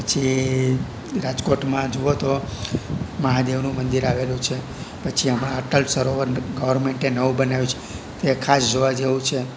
પછી રાજકોટમાં જુઓ તો મહાદેવનું મંદિર આવેલું છે પછી આમાં અટલ સરોવર ગવર્મેન્ટે નવું બનાવ્યું છે તે ખાસ જોવા જેવું છે